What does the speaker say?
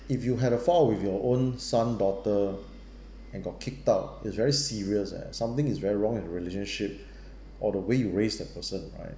if you had a foul with your own son daughter and got kicked out is very serious eh something is very wrong in relationship or the way you raise the person right